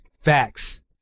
Facts